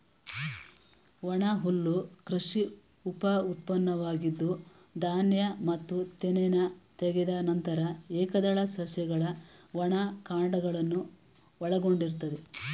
ಒಣಹುಲ್ಲು ಕೃಷಿ ಉಪಉತ್ಪನ್ನವಾಗಿದ್ದು ಧಾನ್ಯ ಮತ್ತು ತೆನೆನ ತೆಗೆದ ನಂತರ ಏಕದಳ ಸಸ್ಯಗಳ ಒಣ ಕಾಂಡಗಳನ್ನು ಒಳಗೊಂಡಿರ್ತದೆ